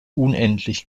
unendlich